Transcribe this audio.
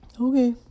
okay